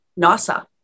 NASA